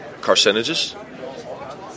carcinogens